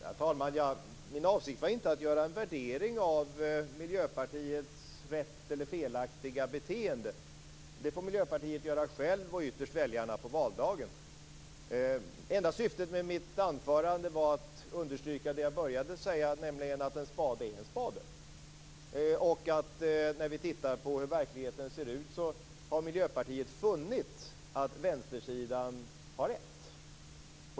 Herr talman! Min avsikt var inte att göra en värdering av Miljöpartiets riktiga eller felaktiga beteende. Det får Miljöpartiet göra självt och ytterst väljarna på valdagen. Det enda syftet med mitt anförande var att understryka det jag började med att säga, nämligen att en spade är en spade. När vi tittar på hur verkligheten ser ut är det så att Miljöpartiet har funnit att vänstersidan har rätt.